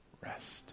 rest